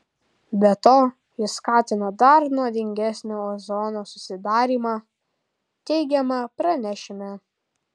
be to jis skatina dar nuodingesnio ozono susidarymą teigiama pranešime